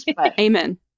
Amen